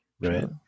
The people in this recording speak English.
Right